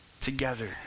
Together